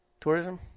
tourism